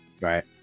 right